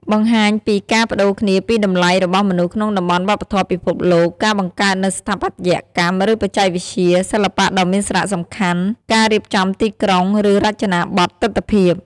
បង្ហាញពីការប្តូរគ្នាពីតម្លៃរបស់មនុស្សក្នុងតំបន់វប្បធម៌ពិភពលោក ការបង្កើតនូវស្ថាបត្យកម្ម ឬបច្ចេកវិទ្យា សិល្បៈដ៏មានសារៈសំខាន់ ការរៀបចំទីក្រុង ឬរចនាប័ទ្មទិដ្ឋភាព។